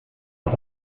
aus